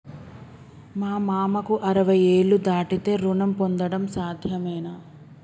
మా మామకు అరవై ఏళ్లు దాటితే రుణం పొందడం సాధ్యమేనా?